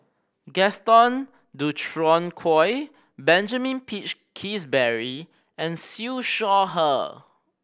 Gaston Dutronquoy Benjamin Peach Keasberry and Siew Shaw Her